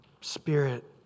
spirit